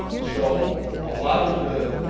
so a lot of the,